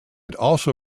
also